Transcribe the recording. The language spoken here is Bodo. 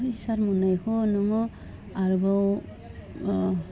फैसा मोन्नायखौ नोङो आरोबाव